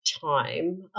time